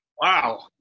Wow